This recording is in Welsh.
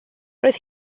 roedd